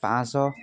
ପାଞ୍ଚଶହ